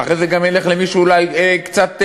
ואחרי זה גם ילך למי שאולי קצת דומה.